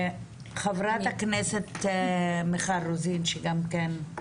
חברת הכנסת מיכל רוזין, שגם כן,